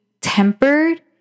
tempered